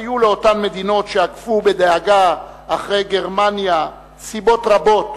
היו לאותן מדינות שעקבו בדאגה אחרי גרמניה סיבות רבות,